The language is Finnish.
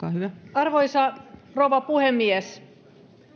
arvoisa rouva puhemies